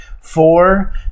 four